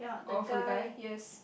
oh for the guy yes